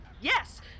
yes